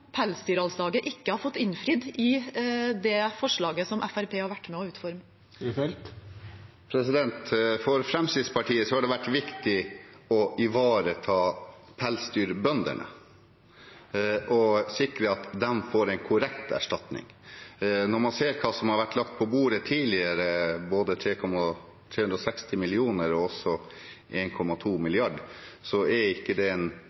Pelsdyralslaget ikke har fått innfridd i det forslaget som Fremskrittspartiet har vært med på å utforme? For Fremskrittspartiet har det vært viktig å ivareta pelsdyrbøndene og sikre at de får en korrekt erstatning. Når man ser hva som har vært lagt på bordet tidligere, både 360 mill. kr og 1,2 mrd. kr, er ikke det en korrekt erstatning. Sluttsummen i dag kjenner vi ikke